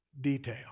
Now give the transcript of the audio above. detail